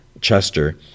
Chester